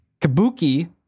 Kabuki